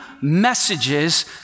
messages